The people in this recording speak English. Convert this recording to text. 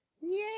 Yay